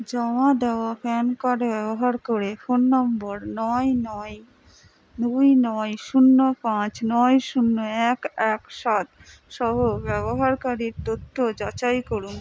জমা দেওয়া PAN card ব্যবহার করে ফোন নম্বর নয় নয় দুই নয় শূন্য পাঁচ নয় শূন্য এক এক সাত সহ ব্যবহারকারীর তথ্য যাচাই করুন